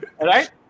right